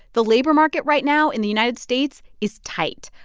the labor market right now in the united states is tight.